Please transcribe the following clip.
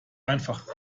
einfach